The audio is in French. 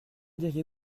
diriez